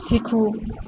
શીખવું